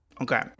Okay